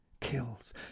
kills